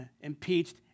impeached